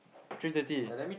three thirty